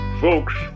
Folks